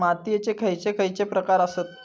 मातीयेचे खैचे खैचे प्रकार आसत?